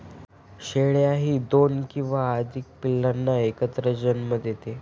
शेळ्याही दोन किंवा अधिक पिल्लांना एकत्र जन्म देतात